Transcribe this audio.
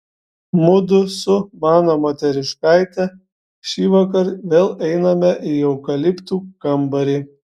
mudu su mano moteriškaite šįvakar vėl einame į eukaliptų kambarį